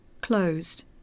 closed